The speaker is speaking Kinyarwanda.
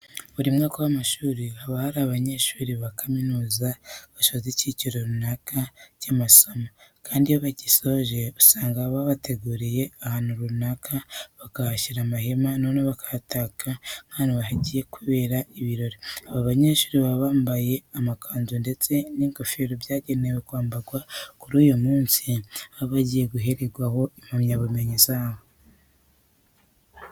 Buri mwaka w'amashuri haba hari abanyeshuri ba kaminuza basoje icyiciro runaka cy'amasomo kandi iyo bagisoje usanga babateguriye ahantu runaka, bakahashyira amahema noneho bakahataka nk'ahantu hagiye kubera ibirori. Aba banyeshuri baba bambaye amakanzu ndetse n'ingofero byagenwe kwambarwa kuri uyu munsi baba bagiye guherwaho impamyabumenyi zabo.